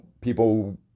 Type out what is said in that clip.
people